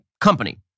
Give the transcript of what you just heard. company